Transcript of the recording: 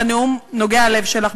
לנאום הנוגע ללב שלך.